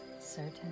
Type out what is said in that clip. certain